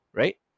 right